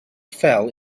fell